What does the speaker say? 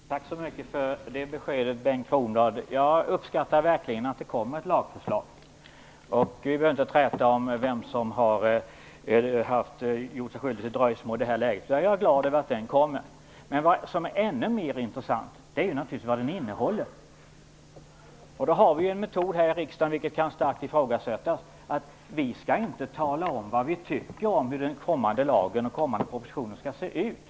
Herr talman! Tack så mycket för det beskedet, Bengt Kronblad. Jag uppskattar verkligen att det kommer ett lagförslag. Vi behöver inte träta om vem som har gjort sig skyldig till dröjsmålet i det här läget. Jag är glad över att förslaget kommer. Men det som är ännu mer intressant är naturligtvis vad propositionen innehåller. Då har vi en metod här i riksdagen, vilken kan starkt ifrågasättas, att vi inte skall tala om hur vi tycker att den kommande lagen och den kommande propositionen skall se ut.